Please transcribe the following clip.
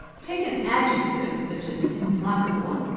take an adjective such as implacable,